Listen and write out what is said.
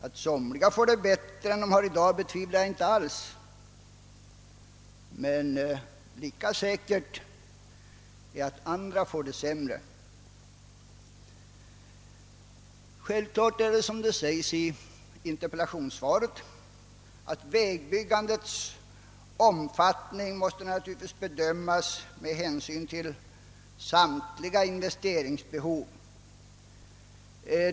Att somliga får det bättre än de har det i dag, betvivlar jag inte alls, men lika säkert är att andra får det sämre. Självklart är, såsom det sägs i interpellationssvaret, att vägbyggandets omfattning naturligtvis måste bedömas med hänsyn till samtliga investeringsbehov.